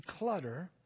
declutter